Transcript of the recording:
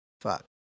fuck